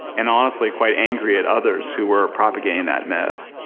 and honestly quite angry at others who were propagating that myth.